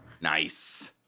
Nice